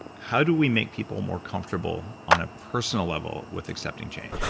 how do we make people more comfortable on a personal level with accepting change?